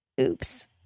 oops